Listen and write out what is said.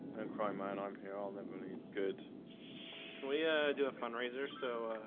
and cry mine. i'm here. i'll never leave good we ah do a fundraiser. so